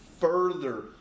further